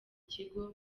kigo